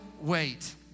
wait